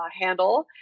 handle